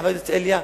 חברת הכנסת ליה,